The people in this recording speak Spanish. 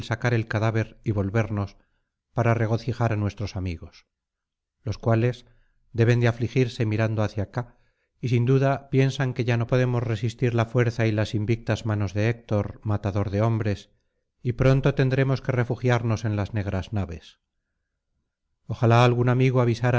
el cadáver y volvernos para regocijar á nuestros amigos los cuales deben de afligirse mirando hacia acá y sin duda piensan que ya no podemos resistir la fuerza y las invictas manos de héctor matador de hombres y pronto tendremos que refugiarnos en las negras naves ojalá algún amigo avisara